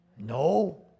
No